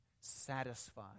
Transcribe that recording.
satisfied